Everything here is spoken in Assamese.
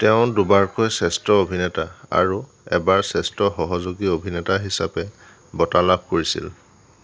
তেওঁ দুবাৰকৈ শ্ৰেষ্ঠ অভিনেতা আৰু এবাৰ শ্ৰেষ্ঠ সহযোগী অভিনেতা হিচাপে বঁটা লাভ কৰিছিল